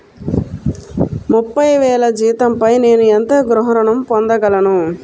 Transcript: ముప్పై వేల జీతంపై నేను ఎంత గృహ ఋణం పొందగలను?